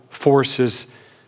Forces